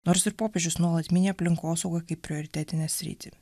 nors ir popiežius nuolat mini aplinkosaugą kaip prioritetinę sritį